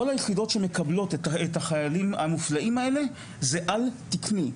היחידות שמקבלות את החיילים הנפלאים האלה זה על-תקני.